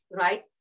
right